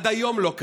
עד היום הוא לא קם.